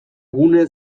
gune